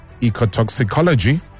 Ecotoxicology